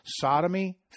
sodomy